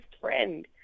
friend